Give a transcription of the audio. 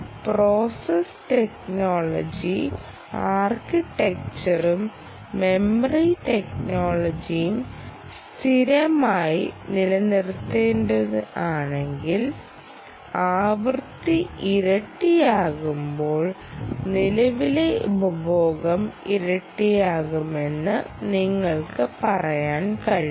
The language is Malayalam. പ്രോസസ്സ് ടെക്നോളജി ആർക്കിടെക്ചറും മെമ്മറി ടെക്നോളജിയും സ്ഥിരമായി നിലനിർത്തുകയാണെങ്കിൽ ആവൃത്തി ഇരട്ടിയാകുമ്പോൾ നിലവിലെ ഉപഭോഗം ഇരട്ടിയാകുമെന്ന് നിങ്ങൾക്ക് പറയാൻ കഴിയും